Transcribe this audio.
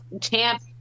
champ